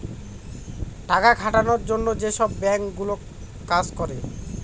টাকা খাটানোর জন্য যেসব বাঙ্ক গুলো কাজ করে